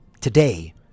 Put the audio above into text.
today